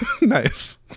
Nice